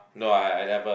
no I never